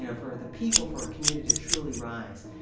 you know for the people for a community to truly rise,